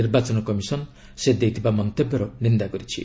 ନିର୍ବାଚନ କମିଶନ୍ ସେ ଦେଇଥିବା ମନ୍ତବ୍ୟର ନିଦା କରିଛି